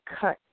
cut